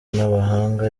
n’abahanga